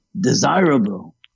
desirable